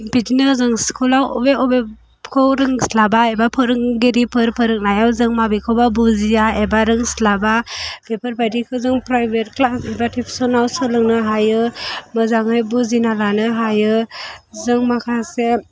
बिदिनो जों स्कुलाव बबे बबेखौ रोंस्लाबा एबा फोरोंगिरिफोर फोरोंनायाव जों माबेखौबा बुजिया एबा रोंस्लाबा बेफोरबायदिखौ जों प्रायभेट क्लास एबा टिउसनाव सोलोंनो हायो मोजाङै बुजिना लानो हायो जों माखासे